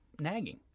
nagging